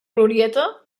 glorieta